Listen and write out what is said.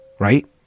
Right